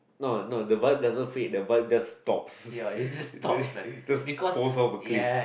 no no the vibe doesn't fade the vibe just stops the just falls off a cliff